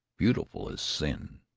beautiful as sin.